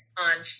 on